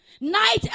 Night